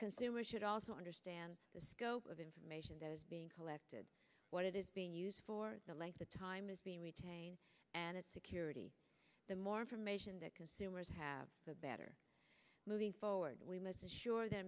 consumers should also understand the scope of information that is being collected what it is being used for the length of time is being retained and its security the more information that consumers have the better moving forward we must ensure that